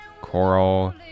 coral